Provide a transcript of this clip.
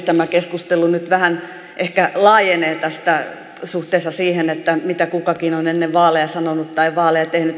tämä keskustelu nyt vähän ehkä laajenee suhteessa siihen mitä kukakin on ennen vaaleja sanonut tai tehnyt